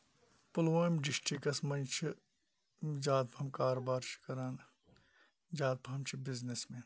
پُلوٲمۍ districts منٛز چھُ زیادٕ پَہن کاروبار چھِ کران زیادٕ پَہن چھِ بِزنِس